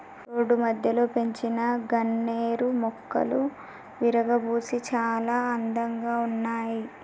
road మధ్యలో పెంచిన గన్నేరు మొక్కలు విరగబూసి చాలా అందంగా ఉన్నాయి